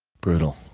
brutal.